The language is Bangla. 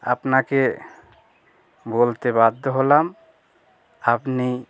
আপনাকে বলতে বাধ্য হলাম আপনি